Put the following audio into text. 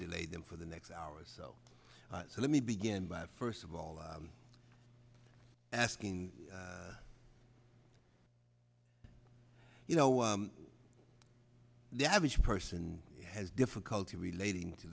delay them for the next hour or so so let me begin by first of all asking you know the average person has difficulty relating to